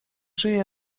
żyje